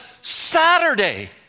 Saturday